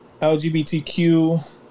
LGBTQ